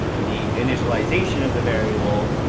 the initialization of the variable,